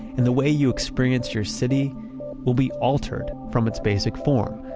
and the way you experience your city will be altered from its basic form.